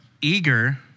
eager